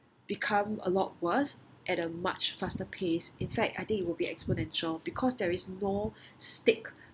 become a lot worse at a much faster pace in fact I think it will be exponential because there is no stick